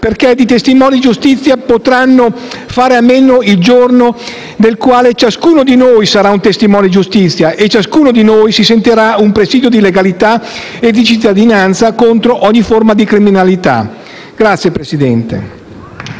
perché di testimoni di giustizia potremo fare a meno il giorno nel quale ciascuno di noi sarà un testimone di giustizia e ciascuno di noi si sentirà un presidio di legalità e di cittadinanza contro ogni forma di criminalità.». *(Applausi